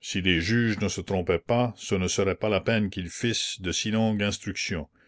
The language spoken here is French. si les juges ne se trompaient pas ce ne la commune serait pas la peine qu'ils fissent de si longues instructions